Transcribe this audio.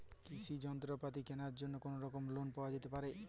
কৃষিযন্ত্রপাতি কেনার জন্য কোনোরকম লোন পাওয়া যেতে পারে?